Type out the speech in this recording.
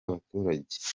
abaturage